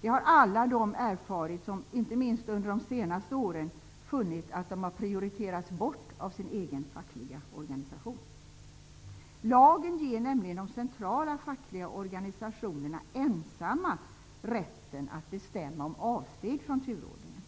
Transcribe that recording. Det har alla de erfarit som, inte minst under de senaste åren, funnit att de prioriterats bort av sin egen fackliga organisation. Lagen ger nämligen de centrala fackliga organisationerna ensamma rätten att bestämma om avsteg från turordningen.